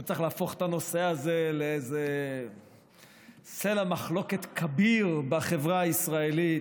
לא צריך להפוך את הנושא הזה לאיזה סלע מחלוקת כביר בחברה הישראלית,